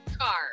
car